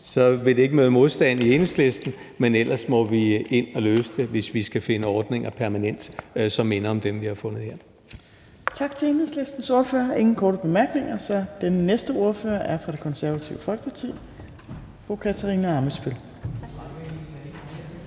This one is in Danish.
så vil det ikke møde modstand i Enhedslisten. Men ellers må vi løse det, hvis vi skal finde ordninger permanent, som minder om dem, vi har fået her.